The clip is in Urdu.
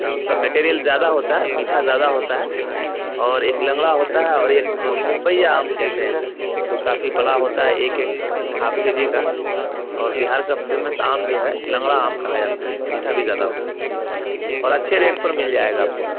اس کا مٹیریل زیادہ ہوتا ہے میٹھا زیادہ ہوتا ہے اور ایک لنگڑا ہوتا ہے اور ایک ممبئیا آم کہتے ہیں جو کافی بڑا ہوتا ہے ایک ایک کم سے کم ہاف کے جی کا اور بہار کا فیمس آم جو ہے لنگڑا آم کہا جاتا ہے میٹھا بھی زیادہ ہوتا ہے اور اچھے ریٹ پر مل جائے گا آپ کو